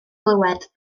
glywed